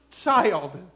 child